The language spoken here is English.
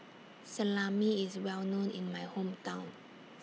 Salami IS Well known in My Hometown